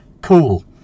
Cool